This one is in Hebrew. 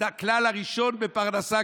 הכלל הראשון בפרנסה,